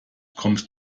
kommst